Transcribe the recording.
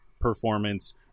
performance